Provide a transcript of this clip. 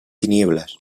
tinieblas